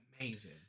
amazing